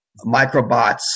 microbots